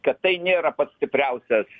kad tai nėra pats stipriausias